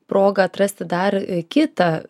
progą atrasti dar kitą